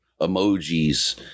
emojis